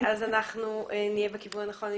אם זה יהיה כך, אנחנו נהיה בכיוון הנכון.